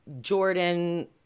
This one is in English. Jordan